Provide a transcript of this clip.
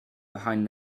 behind